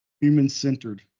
human-centered